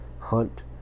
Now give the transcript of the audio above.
hunt